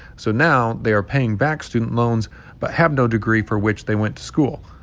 so now they are paying back student loans but have no degree for which they went to school.